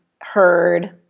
heard